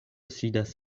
sidas